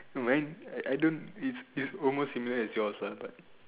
then I know it's almost finger at jaws but